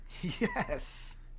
Yes